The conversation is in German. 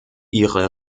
ihre